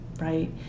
right